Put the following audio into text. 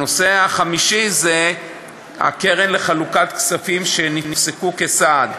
הנושא החמישי זה הקרן לחלוקת כספים שנפסקו כסעד,